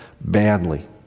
badly